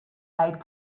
aid